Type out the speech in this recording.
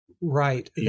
Right